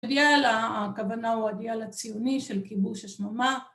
‫האידאל, הכוונה הוא האידאל הציוני ‫של כיבוש השממה.